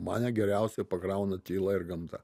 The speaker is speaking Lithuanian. mane geriausiai pakrauna tyla ir gamta